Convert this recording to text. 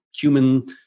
human